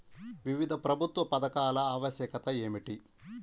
వివిధ ప్రభుత్వ పథకాల ఆవశ్యకత ఏమిటీ?